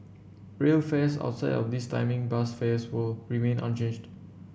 rail fares outside of this timing bus fares will remained unchanged